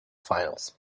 finals